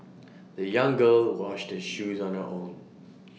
the young girl washed her shoes on her own